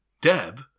Deb